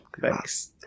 Thanks